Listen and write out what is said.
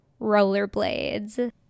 rollerblades